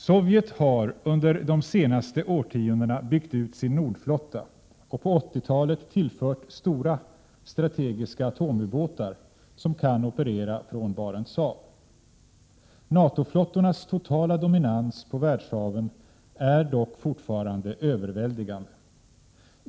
Sovjet har under de senaste åretiondena byggt ut sin nordflotta och på 80-talet tillfört stora strategiska atomubåtar, som kan operera från Barents hav. NATO-flottornas totala dominans på världshaven är dock fortfarande överväldigande.